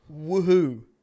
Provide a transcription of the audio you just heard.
woohoo